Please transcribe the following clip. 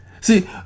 See